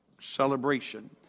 celebration